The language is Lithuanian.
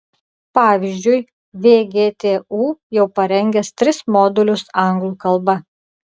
pavyzdžiui vgtu jau parengęs tris modulius anglų kalba